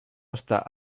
està